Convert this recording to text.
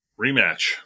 rematch